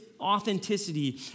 authenticity